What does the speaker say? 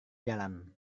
jalan